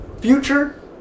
future